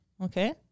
Okay